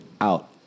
out